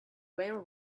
went